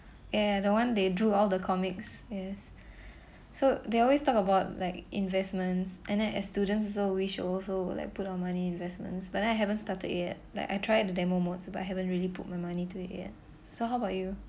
ya ya ya the one they drew all the comics yes so they always talk about like investments and then as students also which also would like put our money in investments but I haven't started it yet I tried the demo modes but haven't really put my money to it yet so how about you